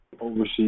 overseas